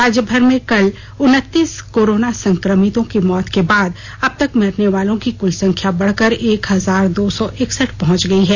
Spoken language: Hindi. राज्य भर में कल उनतीस कोरोना संक्रमितों की मौत के बाद अब तक मरने वालों की कुल संख्या बढ़कर एक हजार दो सौ एकसठ पहुंच गई है